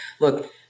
look